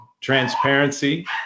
Transparency